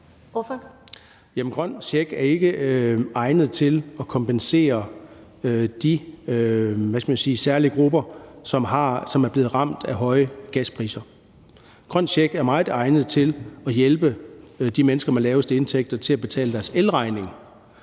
grøn check er ikke egnet til at kompensere de, hvad skal man sige, særlige grupper, som er blevet ramt af høje gaspriser. Grøn check er meget egnet til at hjælpe de mennesker, der har de laveste indtægter, med at betale deres elregning.